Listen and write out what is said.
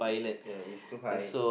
ya is too high